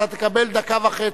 ואתה תקבל דקה וחצי.